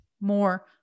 more